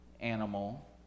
animal